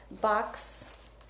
box